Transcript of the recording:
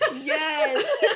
Yes